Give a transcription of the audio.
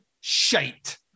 shite